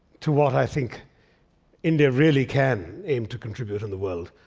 to what i think india really can aim to contribute in the world,